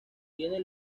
tiene